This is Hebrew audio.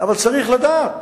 אבל צריך לדעת